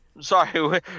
Sorry